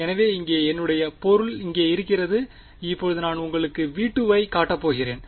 எனவே இங்கே என்னுடைய பொருள் இங்கே இருக்கிறது இப்போது நான் உங்களுக்கு V2ஐக்காட்டப்போகிறேன்